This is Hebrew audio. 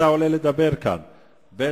אתה עולה לדבר כאן, ב.